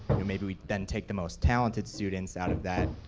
yeah maybe we then take the most talented students out of that,